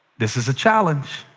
this is a challenge